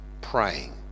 praying